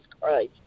Christ